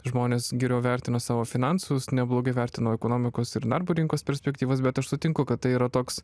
žmonės geriau vertino savo finansus neblogai vertino ekonomikos ir darbo rinkos perspektyvas bet aš sutinku kad tai yra toks